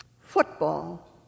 Football